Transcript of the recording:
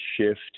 shift